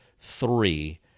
Three